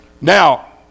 Now